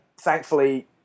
thankfully